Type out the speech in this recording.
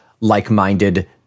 like-minded